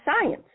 science